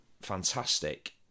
fantastic